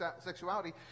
sexuality